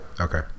Okay